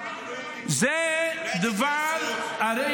עכשיו יש קנסות למילואימניקים --- זה הרי דבר הזוי.